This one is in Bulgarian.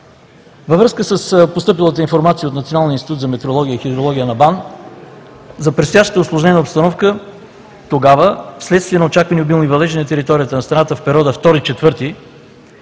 Във връзка с постъпилата информация от Националния институт по метеорология и хидрология – БАН, за предстоящата усложнена обстановка тогава вследствие на очаквани обилни валежи на територията на страната в периода 2